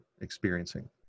experiencing